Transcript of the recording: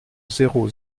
zéro